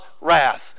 wrath